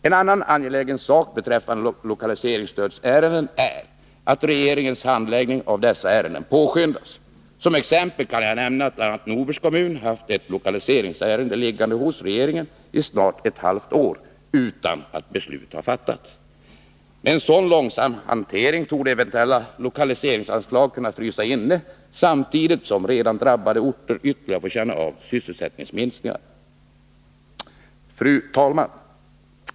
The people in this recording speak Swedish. En annan angelägen sak beträffande lokaliseringsstödsärenden är att regeringens handläggning av dessa ärenden påskyndas. Som exempel kan jag nämna att bl.a. Norbergs kommun haft ett lokaliseringsärende liggande hos regeringen i snart ett halvår utan att beslut har fattats. Med en så långsam hantering torde eventuella lokaliseringsanslag frysa inne, samtidigt som redan drabbade orter ytterligare får känna av sysselsättningsminskningar. Fru talman!